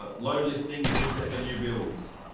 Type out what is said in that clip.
ah low listings except for new builds.